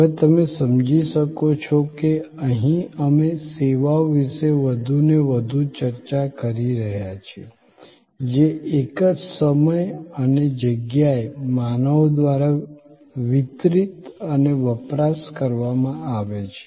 હવે તમે સમજી શકો છો કે અહીં અમે સેવાઓ વિશે વધુને વધુ ચર્ચા કરી રહ્યા છીએ જે એક જ સમય અને જગ્યાએ માનવો દ્વારા વિતરિત અને વપરાશ કરવામાં આવે છે